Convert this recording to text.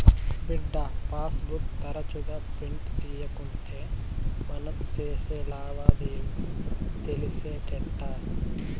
బిడ్డా, passbook తరచుగా print తీయకుంటే మనం సేసే లావాదేవీలు తెలిసేటెట్టా